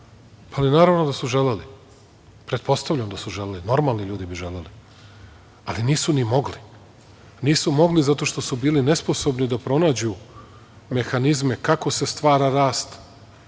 ali naravno da su želeli. Pretpostavljam da su želeli. Normalni ljudi bi želeli, ali nisu ni mogli. Nisu mogli zato što su bili nesposobni da pronađu mehanizme kako se stvara rast,